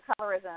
colorism